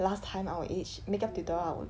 last time our age make up tutorial I won't